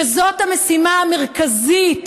זאת המשימה המרכזית,